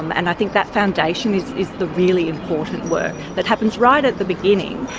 and i think that foundation is is the really important work that happens right at the beginning.